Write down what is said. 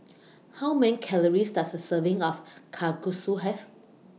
How Many Calories Does A Serving of Kalguksu Have